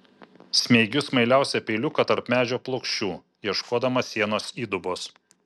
smeigiu smailiausią peiliuką tarp medžio plokščių ieškodama sienos įdubos